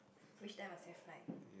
wish them a safe flight